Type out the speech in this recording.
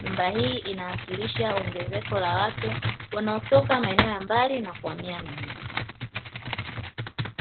Nyumba hii inawakilisha ongezeko la watu, wanotoka maeneo ya mbali na kuhamia mjini.